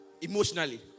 emotionally